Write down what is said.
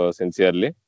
sincerely